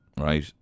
right